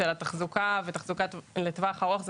התחזוקה לטווח ארוך,